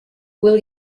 will